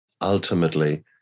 ultimately